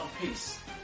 peace